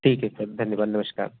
ठीक है सर धन्यवाद नमस्कार